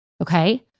okay